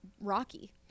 rocky